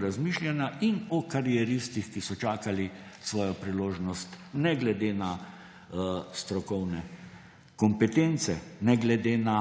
razmišljanja in o karieristih, ki so čakali svojo priložnost, ne glede na strokovne kompetence, ne glede na